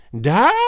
Die